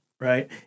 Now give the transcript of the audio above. Right